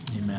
Amen